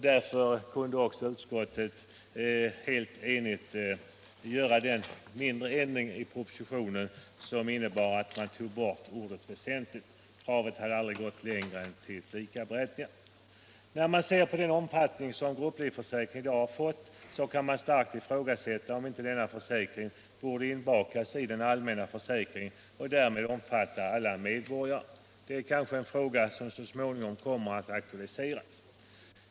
Därför kunde också utskottet helt enhälligt göra den mindre ändring i propositionen som innebar att man tog bort ordet ”väsentlig”. Kravet har aldrig gått längre än till likställighet. När man ser på den omfattning som grupplivförsäkringen i dag har fått kan man starkt ifrågasätta om inte denna försäkring borde inbakas i den allmänna försäkringen och därmed omfatta alla medborgare. Det är kanske en fråga som så småningom kommer att aktualiseras.